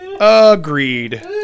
Agreed